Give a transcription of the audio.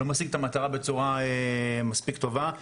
לא משיג את המטרה בצורה מספיק טובה,